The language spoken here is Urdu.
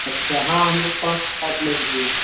اچھا ہاں ہم لوگ پانچ سات لوگ ہی ہیں